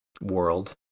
world